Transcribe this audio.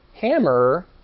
hammer